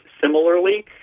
similarly